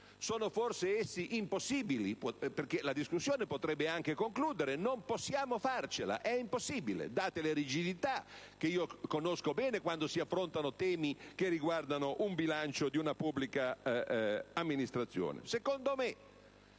Sono forse essi impossibili? La discussione infatti potrebbe anche concludere che non possiamo farcela, date le rigidità, che conosco bene quando si affrontano temi che riguardano un bilancio di una pubblica amministrazione.